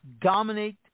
dominate